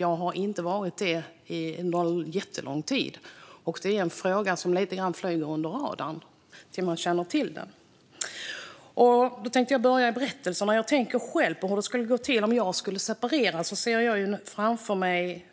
Jag har inte varit det någon jättelång tid, och det är en fråga som lite grann flyger under radarn när det gäller om människor känner till den. Jag tänker på hur det skulle gå till om jag själv skulle separera. Då ser jag framför mig